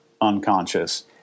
unconscious